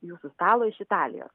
jūsų stalui iš italijos